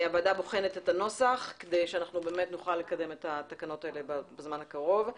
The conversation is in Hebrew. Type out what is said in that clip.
הוועדה בוחנת את הנוסח כדי שאנחנו נוכל לקדם את התקנות האלה בזמן הקרוב.